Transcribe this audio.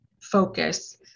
focus